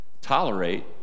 Tolerate